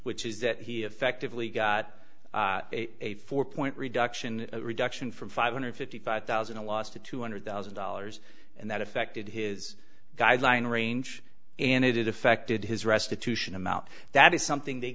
which is that he effectively got a four point reduction reduction from five hundred fifty five thousand a loss to two hundred thousand dollars and that affected his guideline range and it affected his restitution amount that is something they